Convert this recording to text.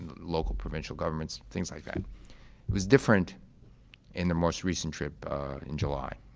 and local provincial governments, things like that. it was different in the most recent trip in july.